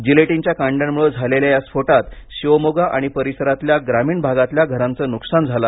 जिलेटीनच्या कांड्यांमुळं झालेल्या या स्फोटात शिवमोगा आणि परिसरातल्या ग्रामीण भागातल्या घरांचं नुकसान झालं